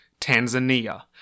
Tanzania